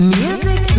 music